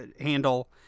handle